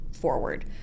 forward